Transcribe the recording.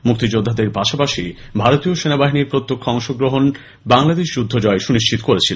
মুক্তিযোদ্ধাদের পাশাপাশি ভারতীয় সেনাবাহিনীর প্রত্যক্ষ অংশগ্রহণ বাংলাদেশ যুদ্ধ জয় সুনিশ্চিত করেছিল